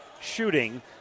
shooting